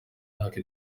myaka